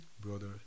brother